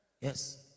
yes